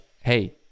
hey